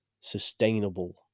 sustainable